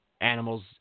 animals